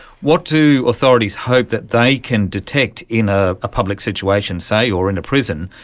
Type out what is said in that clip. what do authorities hope that they can detect in a public situation, say, or in prison,